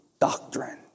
doctrine